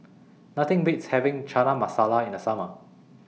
Nothing Beats having Chana Masala in The Summer